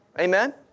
Amen